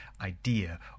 idea